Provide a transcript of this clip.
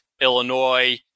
Illinois